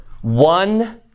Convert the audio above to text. One